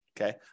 Okay